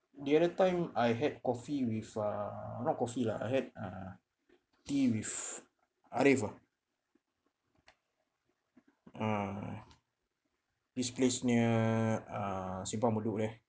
the other time I had coffee with uh not coffee lah I had uh tea with ariff ah uh this place near uh simpang bedok there